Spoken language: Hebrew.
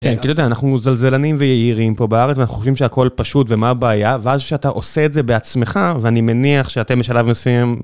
כן, כי אתה יודע, אנחנו זלזלנים ויעירים פה בארץ ואנחנו חושבים שהכל פשוט ומה הבעיה ואז שאתה עושה את זה בעצמך ואני מניח שאתם בשלב מסוים...